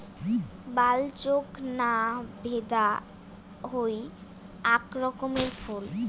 বালচোক না ভেদা হই আক রকমের ফুল